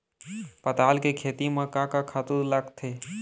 पताल के खेती म का का खातू लागथे?